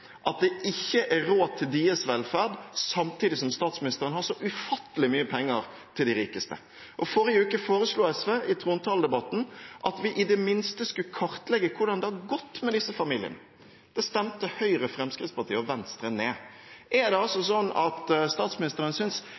at det ikke er råd til deres velferd, samtidig som statsministeren har så ufattelig mye penger til de rikeste. Forrige uke foreslo SV i trontaledebatten at vi i det minste skulle kartlegge hvordan det har gått med disse familiene, og det stemte Høyre, Fremskrittspartiet og Venstre ned. Er det sånn at statsministeren